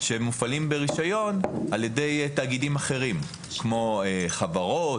שמופעלים ברישיון על ידי תאגידים אחרים כמו חברות,